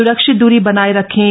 स्रक्षित दूरी बनाए रखें